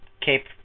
Cape